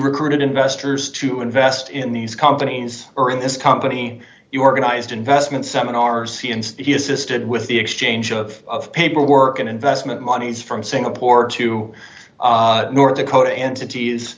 recruited investors to invest in these companies or in this company you organized investment seminars assisted with the exchange of paperwork and investment monies from singapore to north dakota entities